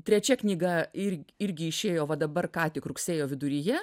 trečia knyga ir irgi išėjo va dabar ką tik rugsėjo viduryje